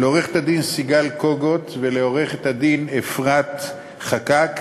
לעורכת-דין סיגל קוגוט ולעורכת-דין אפרת חקאק,